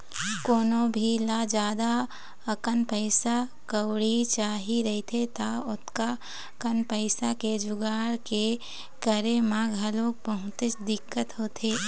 कोनो भी ल जादा अकन पइसा कउड़ी चाही रहिथे त ओतका कन पइसा के जुगाड़ के करे म घलोक बहुतेच दिक्कत होथे